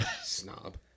Snob